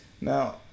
Now